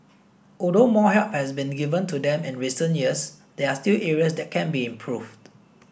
although more help has been given to them in recent years there are still areas that can be improved